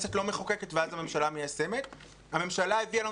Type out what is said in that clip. הכנסת לא מחוקקת ואז הממשלה מיישמת הממשלה הביאה לנו